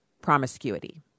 promiscuity